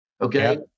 okay